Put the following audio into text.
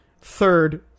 Third